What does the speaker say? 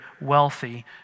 wealthy